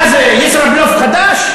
מה זה, ישראבלוף חדש?